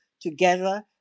together